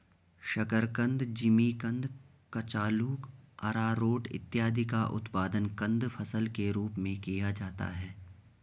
शकरकंद, जिमीकंद, कचालू, आरारोट इत्यादि का उत्पादन कंद फसल के रूप में किया जाता है